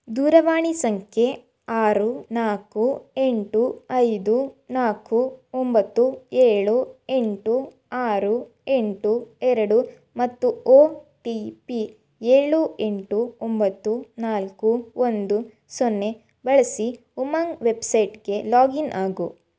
ದೂರವಾಣಿ ಸಂಖ್ಯೆ ಆರು ನಾಲ್ಕು ಎಂಟು ಐದು ನಾಲ್ಕು ಒಂಬತ್ತು ಏಳು ಎಂಟು ಆರು ಎಂಟು ಎರಡು ಮತ್ತು ಒ ಟಿ ಪಿ ಏಳು ಎಂಟು ಒಂಬತ್ತು ನಾಲ್ಕು ಒಂದು ಸೊನ್ನೆ ಬಳಸಿ ಉಮಂಗ್ ವೆಬ್ಸೈಟ್ಗೆ ಲಾಗಿನ್ ಆಗು